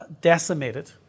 decimated